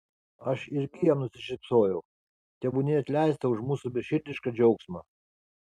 aš irgi jam nusišypsojau tebūnie atleista už mūsų beširdišką džiaugsmą